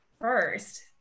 first